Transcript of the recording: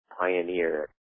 Pioneer